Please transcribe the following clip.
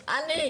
אני,